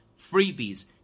freebies